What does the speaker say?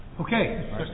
Okay